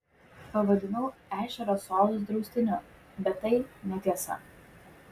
pavadinau ešerio sodus draustiniu bet tai netiesa